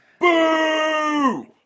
Boo